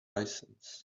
license